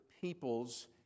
people's